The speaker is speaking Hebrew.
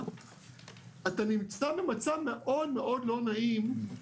אתה נמצא במצב מאוד מאוד לא נעים,